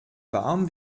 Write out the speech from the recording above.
warm